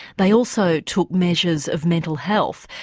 they also took measures of mental health.